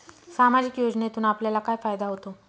सामाजिक योजनेतून आपल्याला काय फायदा होतो?